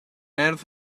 earth